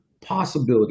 possibility